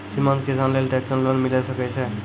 सीमांत किसान लेल ट्रेक्टर लोन मिलै सकय छै?